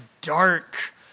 dark